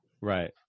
Right